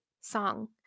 song